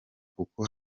kuko